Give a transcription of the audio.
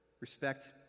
respect